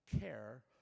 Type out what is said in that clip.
care